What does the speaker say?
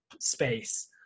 space